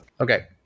Okay